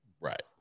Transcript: Right